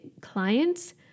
clients